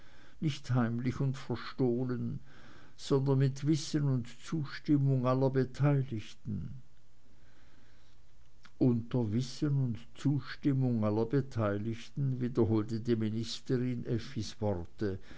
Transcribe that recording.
nicht heimlich und verstohlen sondern mit wissen und zustimmung aller beteiligten unter wissen und zustimmung aller beteiligten wiederholte die ministerin effis worte